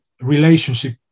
relationship